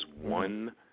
one